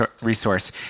resource